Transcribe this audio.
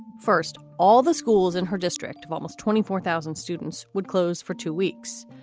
first, all the schools in her district of almost twenty four thousand students would close for two weeks.